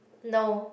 no